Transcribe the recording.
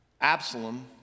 Absalom